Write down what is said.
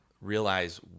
realize